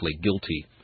guilty